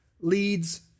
leads